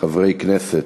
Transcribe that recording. חברי כנסת.